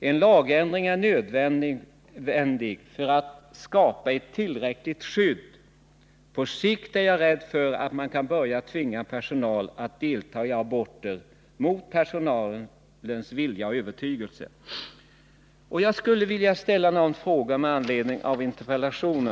En lagändring är nödvändig för att skapa ett tillräckligt skydd. På sikt är jag rädd för att man kan börja tvinga personal att delta i aborter mot personalens vilja och övertygelse. d Jag skulle vilja ställa några frågor med anledning av interpellationssvaret.